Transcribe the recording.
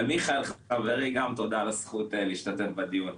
ומיכאל חברי, גם תודה על הזכות להשתתף בדיון.